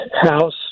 house